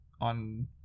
on